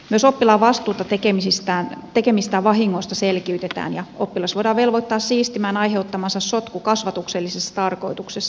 myös oppilaan vastuuta tekemistään vahingoista selkiytetään ja oppilas voidaan velvoittaa siistimään aiheuttamansa sotku kasvatuksellisessa tarkoituksessa